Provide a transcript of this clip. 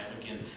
Again